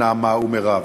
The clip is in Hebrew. נעמה ומרב.